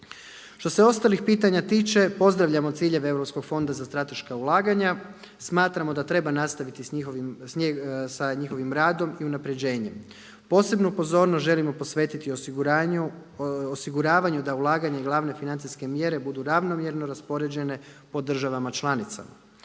Što se ostalih pitanja tiče pozdravljamo ciljeve Europskog fonda za strateška ulaganja, smatramo da treba nastaviti sa njihovim radom i unapređenjem. Posebnu pozornost želimo posvetiti osiguravanju da ulaganje glavne financijske mjere budu ravnomjerno raspoređene po državama članicama.